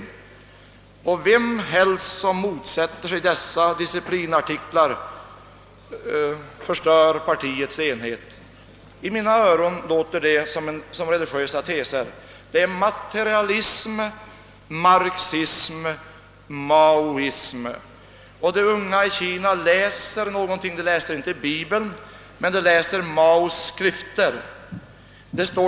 Vem som helst som motsätter sig dessa disciplinartiklar förstör partiets enhet.» I mina öron låter det som religiösa teser. Detta är materialism, marxism och maoism. Det unga Kina läser inte bibeln men Maos skrifter.